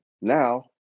now